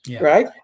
right